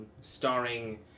starring